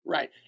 Right